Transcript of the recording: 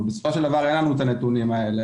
אבל בסופו של דבר אין לנו את הנתונים האלה.